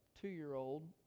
two-year-old